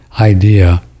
idea